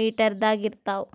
ಮೀಟರದಾಗ್ ಇರ್ತಾವ್